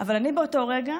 אבל באותו רגע